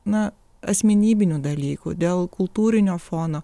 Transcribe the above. na asmenybinių dalykų dėl kultūrinio fono